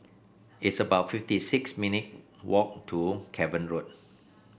it's about fifty six minute walk to Cavan Road